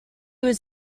was